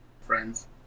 friends